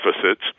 deficits